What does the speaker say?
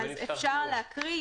אפשר להקריא.